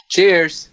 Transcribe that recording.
Cheers